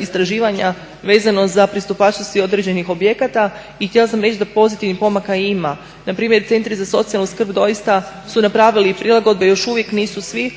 istraživanja vezano za pristupačnosti određenih objekata. I htjela sam reći da pozitivnih pomaka ima. Npr. centri za socijalnu skrb doista su napravili prilagodbe i još uvijek nisu svi